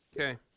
Okay